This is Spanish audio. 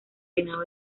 reinado